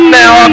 now